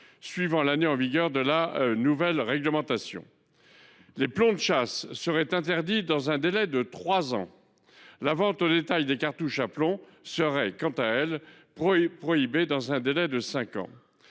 suivant l’entrée en vigueur de la nouvelle réglementation ; les plombs de chasse seraient interdits dans un délai de trois ans ; la vente au détail des cartouches à plomb serait prohibée dans un délai de cinq ans.